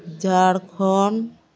Jharkhand